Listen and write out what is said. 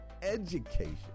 education